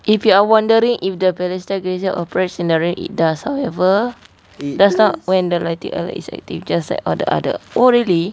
if you are wondering if the balestier graveyard operates in the rain it does however it does not when the lightning alert is active just like all the other oh really